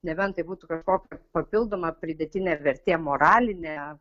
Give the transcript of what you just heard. nebent tai būtų kažkokia papildoma pridėtinė vertė moralinė